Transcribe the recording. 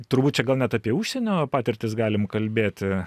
turbūt čia gal net apie užsienio patirtis galim kalbėti